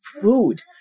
food